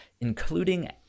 including